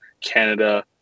Canada